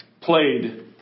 Played